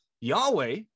yahweh